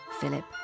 Philip